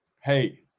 Hey